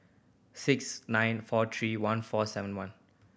six nine four three one four seven one